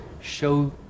show